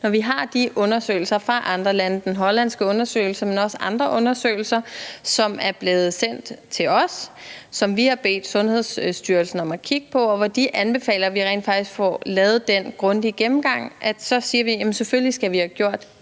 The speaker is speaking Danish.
når vi har de undersøgelser fra andre lande – den hollandske undersøgelse, men også andre undersøgelser – som er blevet sendt til os, og som vi har bedt Sundhedsstyrelsen om at kigge på, hvor de anbefaler, at vi rent faktisk får lavet den grundige gennemgang, så siger vi, at selvfølgelig skal vi have gjort det.